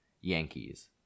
Yankees